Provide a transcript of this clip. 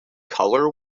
color